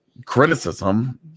Criticism